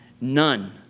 None